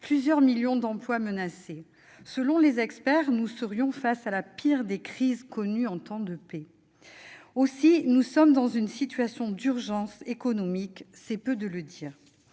plusieurs millions d'emplois menacés. Selon les experts, nous serions face à la pire des crises connues en temps de paix. Aussi, nous sommes dans une situation d'urgence économique- c'est peu de le dire.